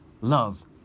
love